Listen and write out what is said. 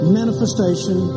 manifestation